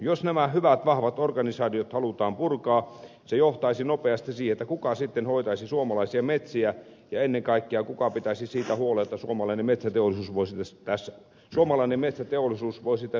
jos nämä hyvät vahvat organisaatiot halutaan purkaa se johtaisi nopeasti siihen että pitäisi kysyä kuka sitten hoitaisi suomalaisia metsiä ja ennen kaikkea kuka pitäisi siitä huolen että suomalainen metsäteollisuus voisi tässä maassa hyvin